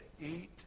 eat